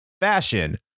fashion